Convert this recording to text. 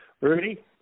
Rudy